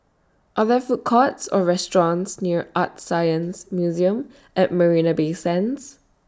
Are There Food Courts Or restaurants near ArtScience Museum At Marina Bay Sands